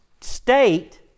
state